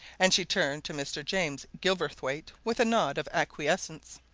and she turned to mr. james gilverthwaite with a nod of acquiescence.